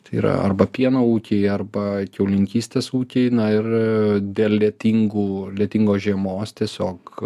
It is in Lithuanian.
tai yra arba pieno ūkiai arba kiaulininkystės ūkiai na ir dėl lietingų lietingos žiemos tiesiog